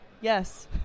Yes